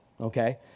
okay